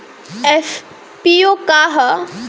FPO का ह?